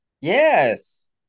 Yes